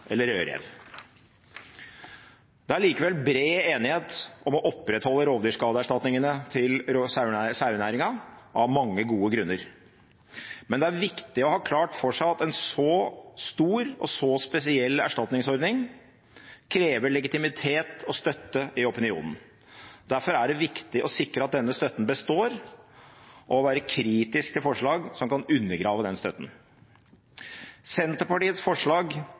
eller rødrev. Det er likevel bred enighet om å opprettholde rovdyrskadeerstatningene til sauenæringen, av mange gode grunner. Men det er viktig å ha klart for seg at en så stor og så spesiell erstatningsordning krever legitimitet og støtte i opinionen. Derfor er det viktig å sikre at denne støtten består, og være kritisk til forslag som kan undergrave støtten. Senterpartiets forslag